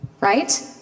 right